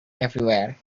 everywhere